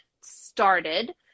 started